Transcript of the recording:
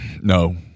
No